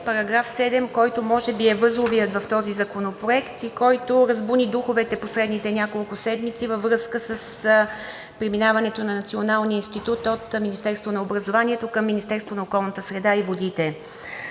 спра на § 7, който може би е възловият в този законопроект и който разбуни духовете в последните няколко седмици във връзка с преминаването на Националния институт от Министерството на образованието към Министерството на околната среда и водите.